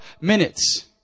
minutes